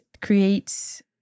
creates